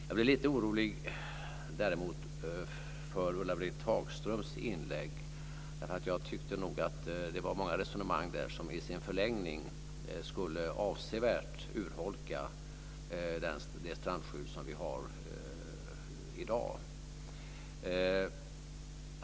Jag blev däremot lite orolig över Ulla-Britt Hagströms inlägg, därför att jag tyckte att det var många av hennes resonemang som i sin förlängning avsevärt skulle urholka det strandskydd som vi har i dag.